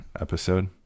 episode